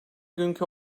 günkü